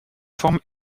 forme